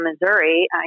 Missouri